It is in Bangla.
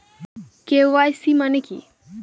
কে.ওয়াই.সি মানে কি?